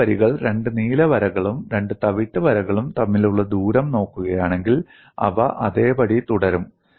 രണ്ട് വരികൾ രണ്ട് നീല വരകളും രണ്ട് തവിട്ട് വരകളും തമ്മിലുള്ള ദൂരം നോക്കുകയാണെങ്കിൽ അവ അതേപടി തുടരും